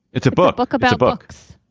it's a book book about books.